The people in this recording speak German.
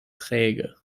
träge